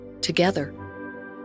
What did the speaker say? together